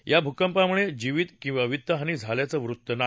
या भूकंपामुळे जीवित किवा वित्तहानी झाल्याचं वृत्त नाही